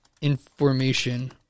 information